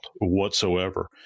whatsoever